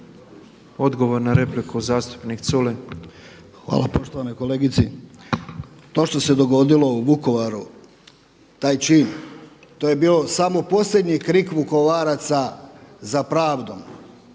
Odgovor na repliku zastupnik Culej. **Culej, Stevo (HDZ)** Hvala poštovanoj kolegici, to što se dogodilo u Vukovaru, taj čin, to je bio samo posljednji krik Vukovaraca za pravdom,